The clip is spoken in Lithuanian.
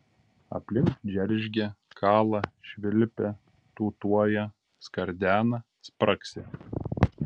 aplink džeržgia kala švilpia tūtuoja skardena spragsi